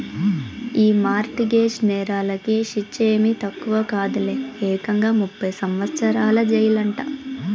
ఈ mortgage నేరాలకి శిచ్చేమీ తక్కువ కాదులే, ఏకంగా ముప్పై సంవత్సరాల జెయిలంట